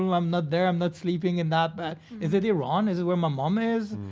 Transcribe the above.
um i'm not there, i'm not sleeping in that. but is it iran? is it where my mom is?